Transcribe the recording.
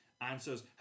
answers